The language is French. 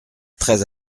très